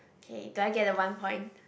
okay do I get the one point